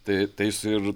tai tai jis ir